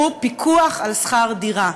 והוא פיקוח על שכר-דירה.